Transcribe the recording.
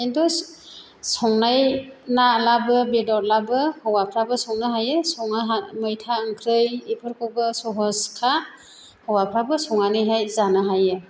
खिन्थु संनाय नालाबो बेदरलाबाबो हौवाफ्राबो संनो हायो मैथा ओंख्रै एफोरखौबो सहसखा हौवाफ्राबो संनानैहाय जानो हायो